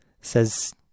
says